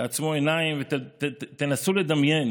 תעצמו עיניים ותנסו לדמיין